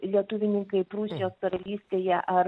lietuvininkai prūsijos karalystėje ar